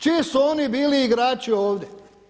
Čiji su oni bili igrači ovdje?